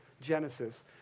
Genesis